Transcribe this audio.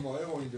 כמו הרואין וכאלה,